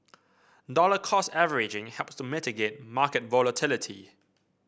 dollar cost averaging helps to mitigate market volatility